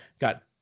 got